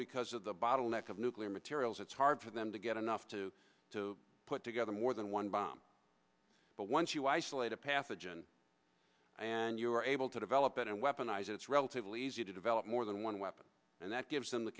because of the bottleneck of nuclear materials it's hard for them to get enough to put together more than one bomb but once you isolate a pathogen and you're able to develop it and weaponize it it's relatively easy to develop more than one weapon and that gives them the